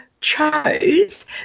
chose